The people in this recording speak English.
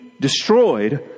destroyed